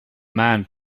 man